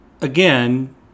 again